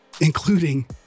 Including